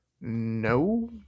No